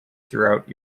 throughout